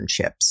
internships